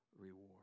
reward